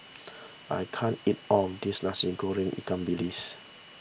I can't eat all of this Nasi Goreng Ikan Bilis